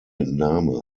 name